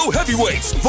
Heavyweights